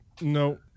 No